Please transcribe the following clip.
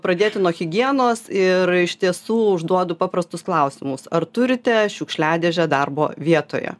pradėti nuo higienos ir iš tiesų užduodu paprastus klausimus ar turite šiukšliadėžę darbo vietoje